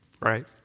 right